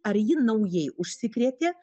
ar ji naujai užsikrėtė